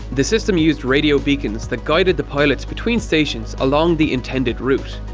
the system used radio beacons that guided the pilots between stations along the intended route.